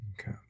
okay